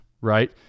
right